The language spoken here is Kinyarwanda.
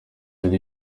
hari